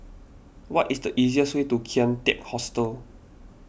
what is the easiest way to Kian Teck Hostel